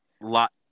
lot